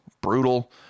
brutal